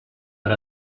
per